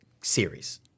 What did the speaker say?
series